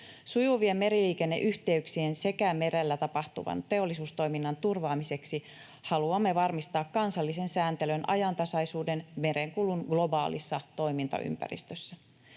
Sujuvien meriliikenneyhteyksien sekä merellä tapahtuvan teollisuustoiminnan turvaamiseksi haluamme varmistaa kansallisen sääntelyn ajantasaisuuden merenkulun globaalissa toimintaympäristössä.